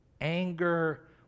anger